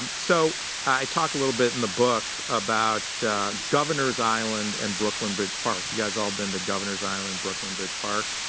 um so i talk a little bit in the book about governors island and brooklyn bridge park. you guys all been to governors island, brooklyn bridge park?